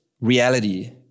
reality